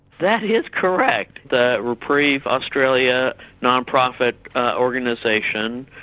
that is correct. the reprieve australia nonprofit organisation,